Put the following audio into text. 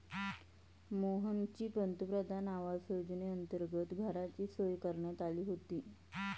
मोहनची पंतप्रधान आवास योजनेअंतर्गत घराची सोय करण्यात आली होती